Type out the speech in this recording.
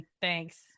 Thanks